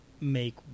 make